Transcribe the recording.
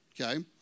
Okay